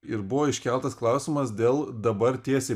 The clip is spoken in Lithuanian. ir buvo iškeltas klausimas dėl dabar tiesiai